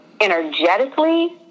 energetically